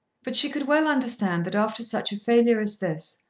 but she could well understand that after such a failure as this,